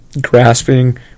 grasping